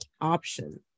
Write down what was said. option